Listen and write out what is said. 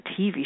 TV